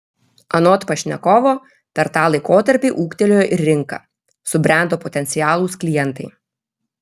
anot pašnekovo per tą laikotarpį ūgtelėjo ir rinka subrendo potencialūs klientai